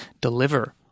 deliver